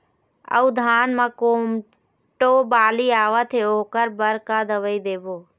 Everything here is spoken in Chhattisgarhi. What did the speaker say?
अऊ धान म कोमटो बाली आवत हे ओकर बर का दवई देबो?